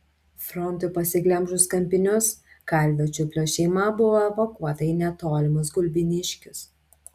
frontui pasiglemžus kampinius kalvio čiuplio šeima buvo evakuota į netolimus gulbiniškius